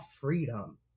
freedom